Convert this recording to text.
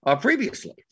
previously